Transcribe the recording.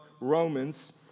Romans